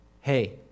hey